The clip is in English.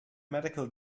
medical